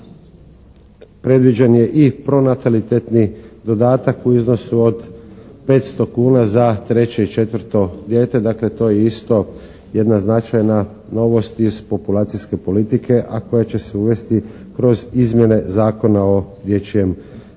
zakona predviđen je i pronatalitetni dodatak u iznosu od 500 kuna za treće i četvrto dijete. Dakle, to je isto jedna značajna novost iz populacijske politike a koja će se uvesti kroz izmjene Zakona o dječjem doplatku.